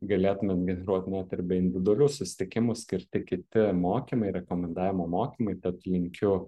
galėtumėt generuot net ir be individualių susitikimų skirti kiti mokymai rekomendavimo mokymai tad linkiu